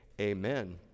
Amen